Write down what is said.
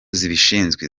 zibishinzwe